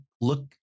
Look